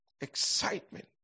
Excitement